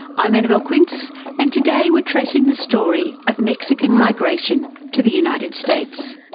i'm annabelle quince and today we're tracing the story of mexican migration to the united states.